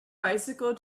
bicycle